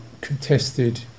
contested